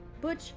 Butch